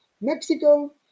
Mexico